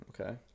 okay